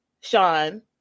Sean